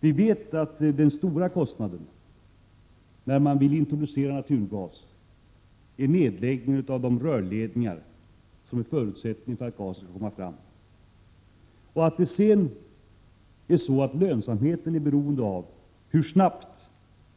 Vi vet att, när man vill introducera naturgas, är den stora kostnaden rörledningarna. De är samtidigt en förutsättning för att få fram gasen. Sedan ledningarna väl är på plats är lönsamheten beroende på hur snabbt